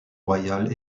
royale